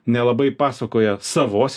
nelabai pasakoja savos